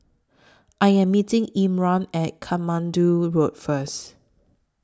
I Am meeting Irma At Katmandu Road First